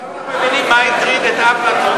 עכשיו אנחנו מבינים מה הטריד את אפלטון,